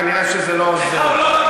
כנראה שזה לא עוזר.